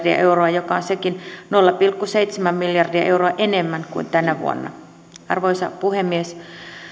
euroa mikä on sekin nolla pilkku seitsemän miljardia euroa enemmän kuin tänä vuonna arvoisa puhemies